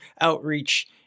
outreach